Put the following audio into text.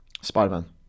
Spider-Man